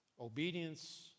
Obedience